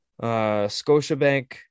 Scotiabank